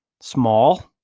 small